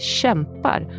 kämpar